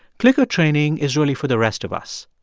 clicker training is really for the rest of us.